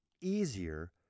easier